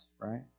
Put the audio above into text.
right